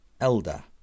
Elder